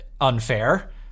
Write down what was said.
unfair